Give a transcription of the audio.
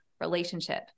relationship